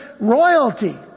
royalty